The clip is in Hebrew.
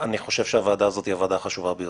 אני חושב שהוועדה הזאת היא הוועדה החשובה ביותר,